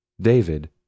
David